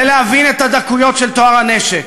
ולהבין את הדקויות של טוהר הנשק.